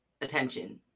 attention